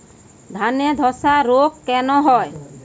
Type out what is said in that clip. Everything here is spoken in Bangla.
ধানে ধসা রোগ কেন হয়?